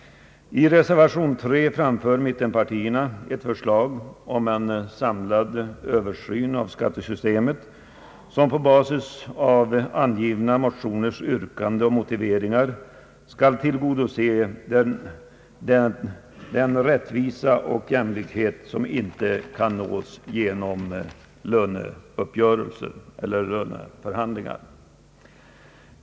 I reservation nr 3 framför mittenpartierna ett förslag om en samlad översyn av skattesystemet som på basis av väckta motioners yrkanden och motiveringar skall tillgodose det krav på rättvisa och jämlikhet som inte kan beaktas genom löneförhandlingar.